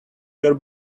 your